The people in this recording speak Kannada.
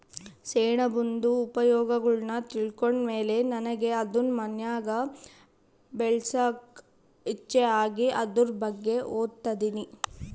ಸೆಣಬಿಂದು ಉಪಯೋಗಗುಳ್ನ ತಿಳ್ಕಂಡ್ ಮೇಲೆ ನನಿಗೆ ಅದುನ್ ಮನ್ಯಾಗ್ ಬೆಳ್ಸಾಕ ಇಚ್ಚೆ ಆಗಿ ಅದುರ್ ಬಗ್ಗೆ ಓದ್ತದಿನಿ